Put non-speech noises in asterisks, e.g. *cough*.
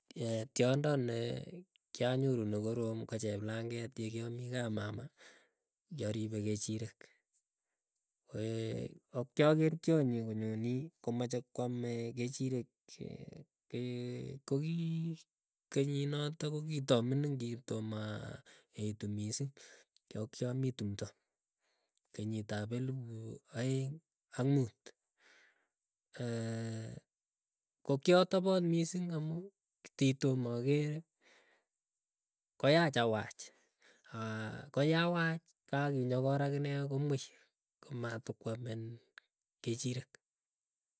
*hesitation* tiondo nekianyoru nekorom ko cheplanget yakiamii kamama kiaribe kechirek. Akiager tionyi konyonii komeche kwamee kechirek kokii, kenyinotok kokitaming kitomaa etu missiing ako kwamii timdo kenyit ap elipu aeng ak muut, ko kiatapot missiing amuu kitomakere kayach awaach kaa kinyokor akinee komwei komatikwam kechirek.